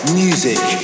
music